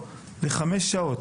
לחמש שעות.